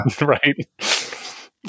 Right